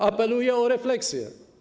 Apeluję o refleksję.